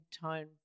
tone